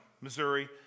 Missouri